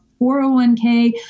401k